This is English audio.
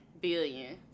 billion